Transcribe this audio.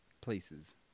places